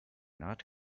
not